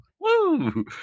Woo